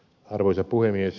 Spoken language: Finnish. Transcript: arvoisa puhemies